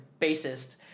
bassist